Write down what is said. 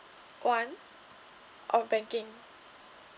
one oh banking